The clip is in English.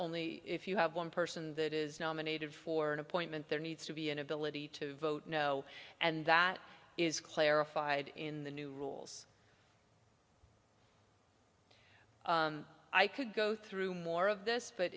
only if you have one person that is nominated for an appointment there needs to be an ability to vote no and that is clarified in the new rules i could go through more of this but